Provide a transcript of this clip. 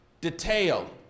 detail